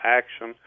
action